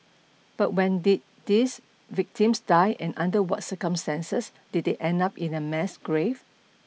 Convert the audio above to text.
but when did these victims die and under what circumstances did they end up in a mass grave